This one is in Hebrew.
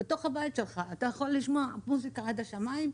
בתוך הבית שלך אתה יכול לשמוע מוזיקה עד השמיים?